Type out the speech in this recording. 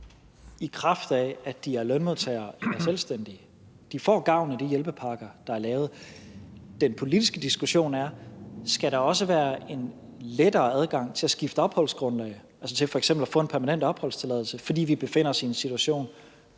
i kraft af at de er lønmodtagere eller selvstændige. De får gavn af de hjælpepakker, der er lavet. Den politiske diskussion er: Skal der også være lettere adgang til at skifte opholdsgrundlag, altså til f.eks. at få en permanent opholdstilladelse, fordi vi befinder os i en situation,